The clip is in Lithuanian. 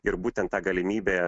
ir būtent ta galimybė